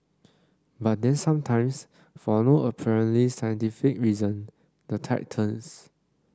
but then sometimes for no apparently scientific reason the tide turns